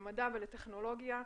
למדע ולטכנולוגיה,